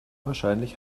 wahrscheinlich